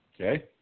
Okay